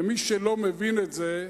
ומי שלא מבין את זה,